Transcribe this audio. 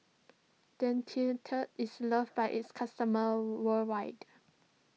Dentiste is loved by its customers worldwide